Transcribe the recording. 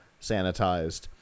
sanitized